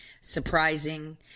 surprising